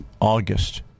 August